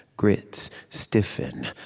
grits stiffen.